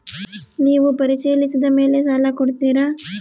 ನೇವು ಪರಿಶೇಲಿಸಿದ ಮೇಲೆ ಸಾಲ ಕೊಡ್ತೇರಾ?